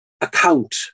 account